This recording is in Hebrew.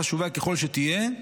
חשובה ככל שתהיה,